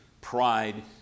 Pride